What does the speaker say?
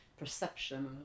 perception